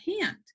hand